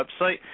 website